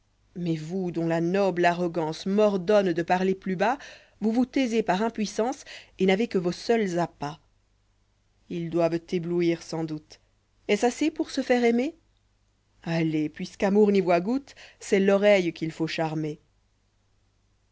mais vous dont la noble arroganei m'ordonne de parier plus bas vous vous taisez par impuissance et n'avez que vos seuls appas us doivent éblouir sans doute est-ce assez pour se faire aimer allez puisqu'amour n'y voit goutte c'est l'oreille qu'il faut eharmer